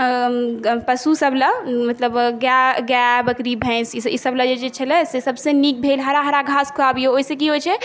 पशु सब ले मतलब गाय गाय बकरी भैँस इसब ले जे छलै से सब से नीक भेल हरा हरा घास खुआबियो ओहि सऽ की होइ छै